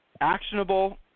actionable